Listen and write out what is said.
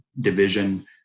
division